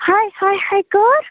ہاے ہاے ہاے کٔر